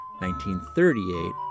1938